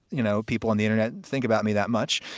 you know, people on the internet think about me that much.